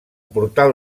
portal